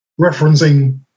Referencing